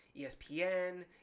espn